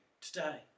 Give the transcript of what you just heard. today